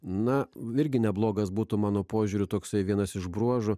na virgi neblogas būtų mano požiūriu toksai vienas iš bruožų